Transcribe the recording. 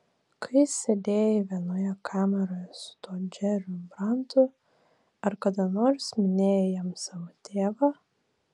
kai sėdėjai vienoje kameroje su tuo džeriu brantu ar kada nors minėjai jam savo tėvą